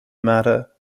matter